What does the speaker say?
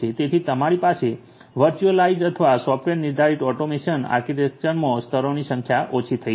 તેથી તમારી પાસે વર્ચ્યુઅલાઇઝ્ડ અથવા સોફ્ટવૅર નિર્ધારિત ઓટોમેશન આર્કિટેક્ચરમાં સ્તરોની સંખ્યા ઓછી થઈ જશે